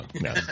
no